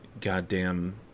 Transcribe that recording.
goddamn